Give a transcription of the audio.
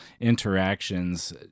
interactions